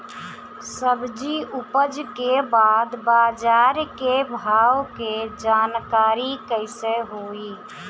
सब्जी उपज के बाद बाजार के भाव के जानकारी कैसे होई?